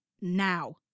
Now